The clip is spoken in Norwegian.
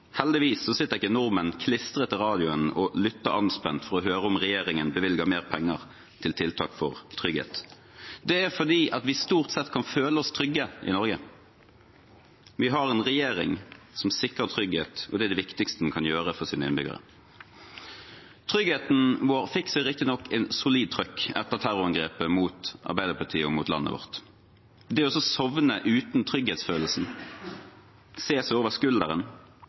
Heldigvis sitter ikke nordmenn klistret til radioen og lytter anspent for å høre om regjeringen bevilger mer penger til tiltak for trygghet. Det er fordi vi stort sett kan føle oss trygge i Norge. Vi har en regjering som sikrer trygghet, og det er det viktigste den kan gjøre for sine innbyggere. Tryggheten vår fikk seg riktignok en solid trøkk etter terrorangrepet mot Arbeiderpartiet og mot landet vårt. Det å sovne uten trygghetsfølelsen, å se seg over skulderen,